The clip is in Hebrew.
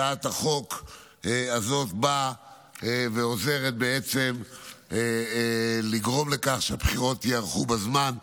הצעת החוק הזאת עוזרת לגרום לכך שהבחירות ייערכו בזמן.